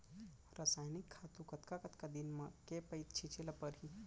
रसायनिक खातू कतका कतका दिन म, के पइत छिंचे ल परहि?